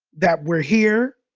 that we're here.